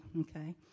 okay